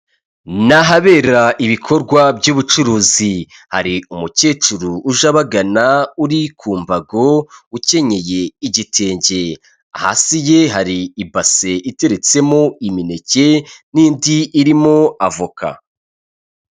Ni ahabera ibikorwa by'ubucuruzi hari umukecuru uja abagana uri ku mbago ukenyeye igitenge, hasi ye hari ibase iteretsemo imineke n'indi irimo avoka.